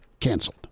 canceled